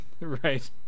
Right